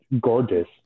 gorgeous